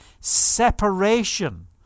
separation